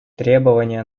требования